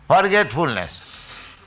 forgetfulness